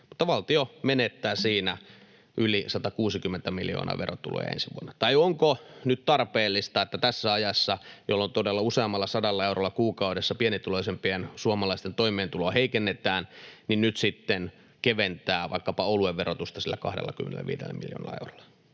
tehdä? Valtio menettää siinä yli 160 miljoonaa verotuloja ensi vuonna. Tai onko nyt tarpeellista, että tässä ajassa, jolloin todella useammalla sadalla eurolla kuukaudessa pienituloisimpien suomalaisten toimeentuloa heikennetään, nyt sitten kevennetään vaikkapa oluen verotusta sillä 25 miljoonalla eurolla?